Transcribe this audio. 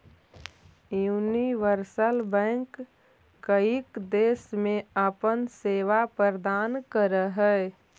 universal bank कईक देश में अपन सेवा प्रदान करऽ हइ